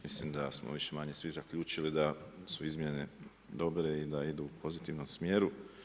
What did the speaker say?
Mislim da smo više-manje svi zaključili da su izmjene dobre i da idu u pozitivnom smjeru.